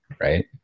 right